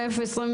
מהנתונים.